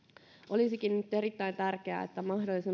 olisikin nyt erittäin tärkeää että mahdollisimman